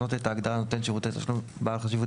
לשנות את ההגדרה "נותן שירותי תשלום בעל חשיבות